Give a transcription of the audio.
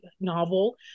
novel